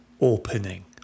opening